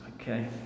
Okay